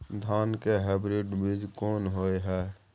धान के हाइब्रिड बीज कोन होय है?